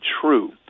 true